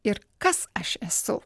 ir kas aš esu